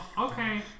Okay